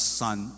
son